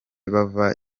bava